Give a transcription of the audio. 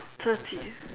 thirty